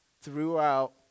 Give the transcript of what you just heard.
throughout